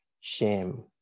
shame